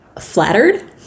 flattered